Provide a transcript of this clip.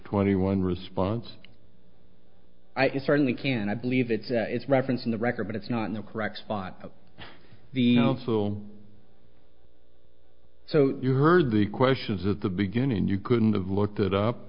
twenty one response it certainly can i believe it's it's reference in the record but it's not in the correct spot the consul so you heard the questions at the beginning you couldn't have looked it up